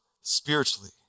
spiritually